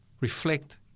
reflect